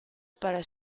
para